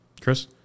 chris